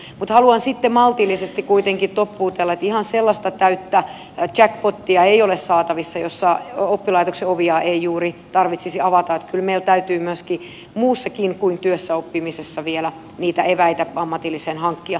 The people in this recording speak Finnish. mutta haluan sitten maltillisesti kuitenkin toppuutella että ihan sellaista täyttä jackpotia ei ole saatavissa että oppilaitoksen ovia ei juuri tarvitsisi avata eli kyllä meillä täytyy muutenkin kuin työssä oppimisessa vielä niitä eväitä ammattiin hankkia